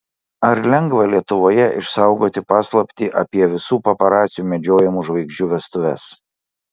ar lengva lietuvoje išsaugoti paslaptį apie visų paparacių medžiojamų žvaigždžių vestuves